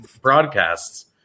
broadcasts